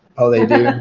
oh they do?